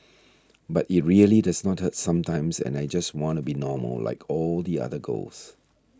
but it really does not hurt sometimes and I just wanna be normal like all the other girls